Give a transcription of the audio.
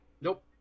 Nope